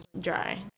dry